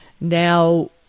Now